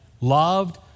loved